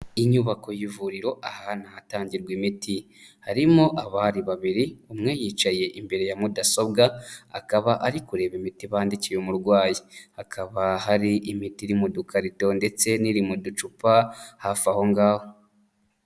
Inyubako y'ivuriro, ahantu hatangirwa imiti. Harimo abari babiri, umwe yicaye imbere ya mudasobwa, akaba ari kureba imiti bandikiye umurwayi. Hakaba hari imiti iri mu dukarito ndetse n'iri mu ducupa, hafi aho ngaho.